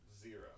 zero